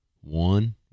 one